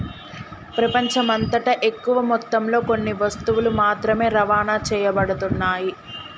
ప్రపంచమంతటా ఎక్కువ మొత్తంలో కొన్ని వస్తువులు మాత్రమే రవాణా చేయబడుతున్నాయి